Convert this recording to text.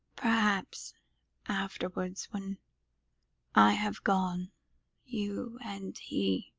perhaps afterwards when i have gone you and he